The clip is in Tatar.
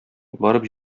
барып